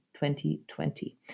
2020